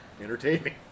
entertaining